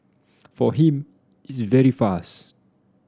for him it's very fast